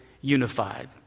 unified